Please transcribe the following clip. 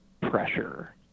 pressure